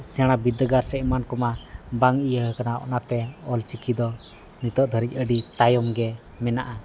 ᱥᱮᱬᱟ ᱵᱤᱨᱫᱟᱹᱜᱟ ᱥᱮ ᱮᱢᱟᱱ ᱠᱚᱢᱟ ᱵᱟᱝ ᱤᱭᱟᱹ ᱟᱠᱟᱱᱟ ᱚᱱᱟᱛᱮ ᱚᱞ ᱪᱤᱠᱤ ᱫᱚ ᱱᱤᱛᱚᱜ ᱫᱷᱟᱹᱨᱤ ᱟᱹᱰᱤ ᱛᱟᱭᱚᱢ ᱜᱮ ᱢᱮᱱᱟᱜᱼᱟ